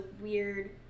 weird